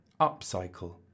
Upcycle